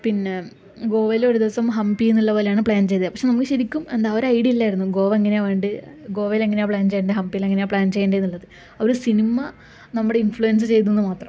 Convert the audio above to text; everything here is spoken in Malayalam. പിന്നെ ഗോവയില് ഒരു ദിവസം ഹംപിയില് എന്ന പോലെയാണ് പ്ലാന് ചെയ്തത് പക്ഷെ നമുക്ക് ശരിക്കും എന്താ ഒരു ഐഡിയയും ഇല്ലായിരുന്നു ഗോവ എങ്ങനെയാണ് വേണ്ടത് ഗോവയില് എങ്ങനെയാണ് പ്ലാന് ചെയ്യേണ്ടത് ഹംപിയില് എങ്ങനെയാണ് പ്ലാന് ചെയ്യേണ്ടത് എന്നുള്ളത് ഒരു സിനിമ നമ്മുടെ ഇന്ഫ്ലുവന്സ് ചെയ്തൂന്ന് മാത്രം